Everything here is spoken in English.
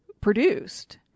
produced